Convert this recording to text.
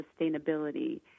sustainability